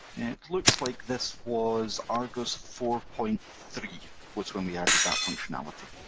it looks like this was argos four point three, was when we added that functionality.